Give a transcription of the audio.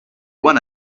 want